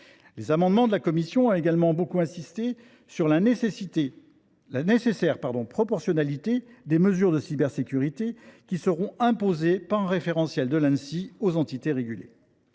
ses amendements, la commission spéciale a beaucoup insisté également sur la nécessaire proportionnalité des mesures de cybersécurité qui seront imposées, par un référentiel de l’Anssi, aux entités régulées.